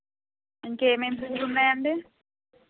ఇంకా ఏమేమి పూలు ఉన్నాయండి